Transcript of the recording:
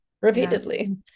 repeatedly